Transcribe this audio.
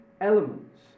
elements